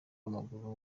w’amaguru